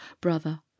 Brother